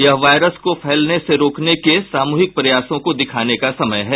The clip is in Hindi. यह वायरस को फैलने से रोकने के सामूहिक प्रयासों को दिखाने का समय है